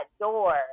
door